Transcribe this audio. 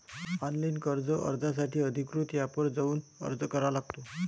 online कर्ज अर्जासाठी अधिकृत एपवर जाऊन अर्ज करावा लागतो